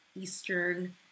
Eastern